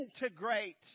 integrate